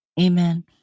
Amen